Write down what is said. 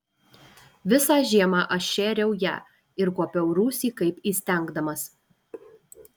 visą žiemą aš šėriau ją ir kuopiau rūsį kaip įstengdamas